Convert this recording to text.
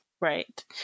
Right